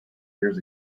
years